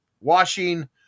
washing